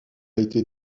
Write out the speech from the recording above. été